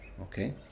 Okay